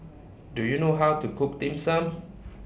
Do YOU know How to Cook Dim Sum